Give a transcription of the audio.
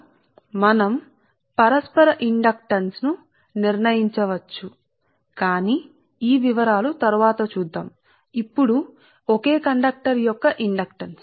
ఇప్పుడు ఒకే కండక్టర్ యొక్క ఇండక్టెన్స్ కాబట్టి ట్రాన్స్మిషన్ లైన్లు అంటే నేను ఇక్కడ వ్రాసిన ప్రతి స్టెప్ మనం ఏది మిస్ అవ్వకూడదు